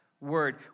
word